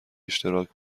اشتراک